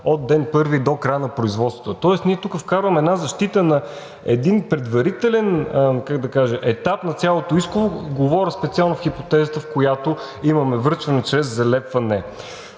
от ден първи до края на производството. Тоест ние тук вкарваме една защита на един предварителен етап на цялото исково – говоря специално в хипотезата, в която имаме връчване чрез залепване.